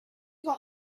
got